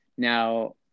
Now